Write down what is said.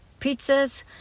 pizzas